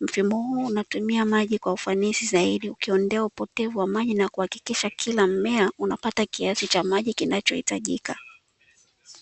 Mfumo huu unatumia maji kwa ufanisi zaidi, ukiondoa upotevu wa maji na kuhakikisha kila mmea unapata kiasi cha maji kinachohitajika.